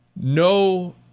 no